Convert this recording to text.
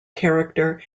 character